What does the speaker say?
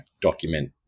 document